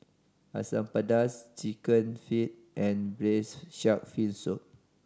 Asam Pedas Chicken Feet and Braised Shark Fin Soup